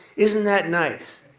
isn't that nice?